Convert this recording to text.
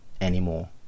anymore